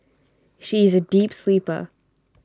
she is A deep sleeper